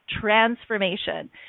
transformation